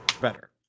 Better